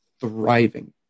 thriving